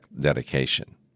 dedication